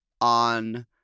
on